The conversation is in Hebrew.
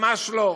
ממש לא.